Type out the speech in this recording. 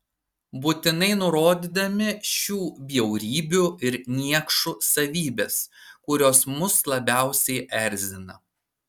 būtinai nurodydami šių bjaurybių ir niekšų savybes kurios mus labiausiai erzina